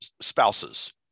spouses